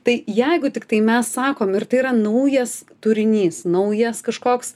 tai jeigu tiktai mes sakom ir tai yra naujas turinys naujas kažkoks